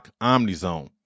Omnizone